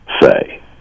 say